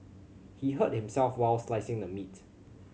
he hurt himself while slicing the meat